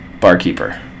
Barkeeper